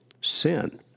sin